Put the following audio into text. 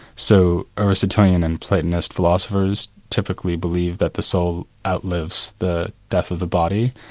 so aristotlean and platonist philosophers typically believed that the soul outlives the death of the body,